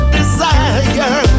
desire